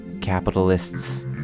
Capitalists